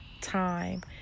time